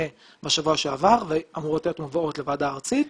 בשבוע שעבר ואמורות להיות מובאות לוועדה הארצית.